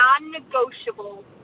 non-negotiable